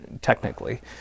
technically